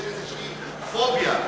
יש איזושהי פוביה.